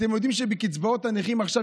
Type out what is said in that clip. אתם יודעים שבקצבאות הנכים עכשיו,